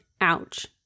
Ouch